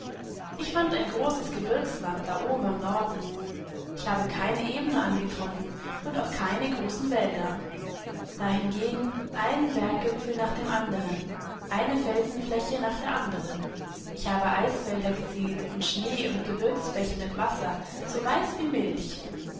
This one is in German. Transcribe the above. ich fand ein großes gebirgsland da oben im norden ich habe keine ebene angetroffenundauchkeinegroßenwälder dahingegeneinenberggipfelnach dem andern eine felsenfläche nach der andern ich habe eisfelder gesehen und schnee und gebirgsbäche mit wasser so weiß wie milch